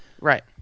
Right